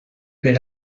per